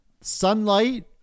sunlight